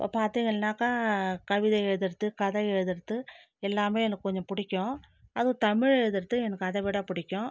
இப்போது பார்த்தீங்கள்னாக்கா கவிதை எழுதுவது கதை எழுதுவது எல்லாமே எனக்கு கொஞ்சம் பிடிக்கும் அதுவும் தமிழ் எழுதவது எனக்கு அதை விட பிடிக்கும்